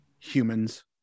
humans